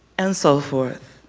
and so forth.